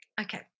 Okay